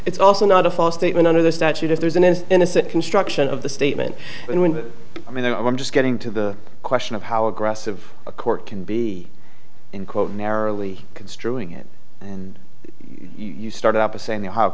it's also not a false statement under the statute if there's an is innocent construction of the statement and when i mean i'm just getting to the question of how aggressive a court can be and quite narrowly construing it and you start up a saying